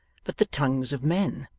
but the tongues of men.